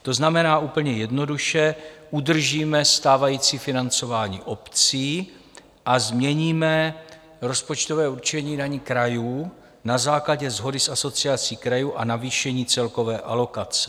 To znamená, úplně jednoduše, udržíme stávající financování obcí a změníme rozpočtové určení daní krajů na základě shody s Asociací krajů a navýšení celkové alokace.